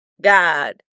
God